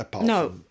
No